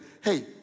Hey